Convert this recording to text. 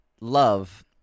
love